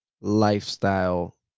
lifestyle